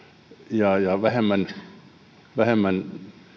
ja ja vähemmän tieliikenteen käyttäjille